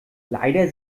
leider